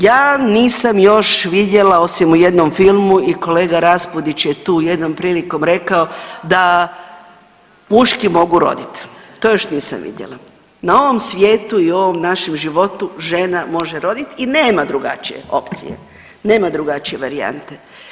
Ja nisam još vidjela osim u jednom filmu i kolega Raspudić je tu jednom prilikom rekao, da muški mogu roditi, to još nisam vidjela, na ovom svijetu i ovom našem životu, žena može roditi i nema drugačije opcije, nema drugačije varijante.